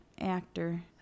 actor